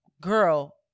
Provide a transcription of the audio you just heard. Girl